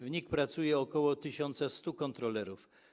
W NIK pracuje ok. 1100 kontrolerów.